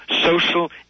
social